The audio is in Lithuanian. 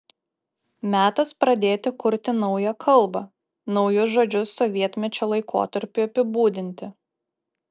metas pradėti kurti naują kalbą naujus žodžius sovietmečio laikotarpiui apibūdinti